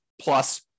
plus